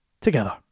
together